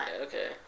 okay